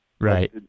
Right